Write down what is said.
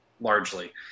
largely